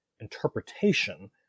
interpretation